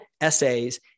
essays